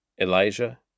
Elijah